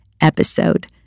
episode